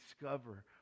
discover